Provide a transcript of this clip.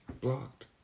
Blocked